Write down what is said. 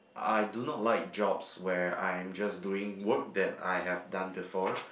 I do not like jobs where I am just doing work that I have done before